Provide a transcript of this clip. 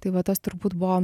tai va tas turbūt buvo